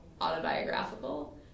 autobiographical